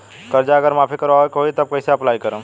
कर्जा अगर माफी करवावे के होई तब कैसे अप्लाई करम?